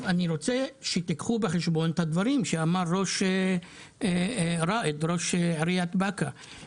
אני רוצה שתיקחו בחשבון את הדברים שאמר ראש עיריית באקה ראד דקה: